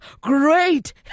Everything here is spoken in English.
great